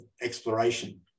exploration